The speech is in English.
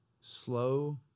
slow